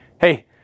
Hey